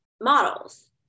models